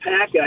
Pack